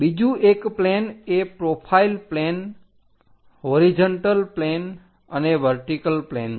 બીજું એક પ્લેન એ પ્રોફાઇલ પ્લેન હોરીજન્ટલ પ્લેન અને વર્ટીકલ પ્લેન છે